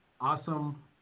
awesome